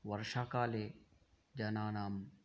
वर्षाकाले जनानां